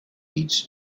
each